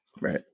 Right